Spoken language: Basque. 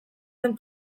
zen